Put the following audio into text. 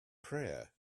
prayer